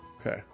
Okay